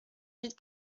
mille